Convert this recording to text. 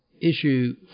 issue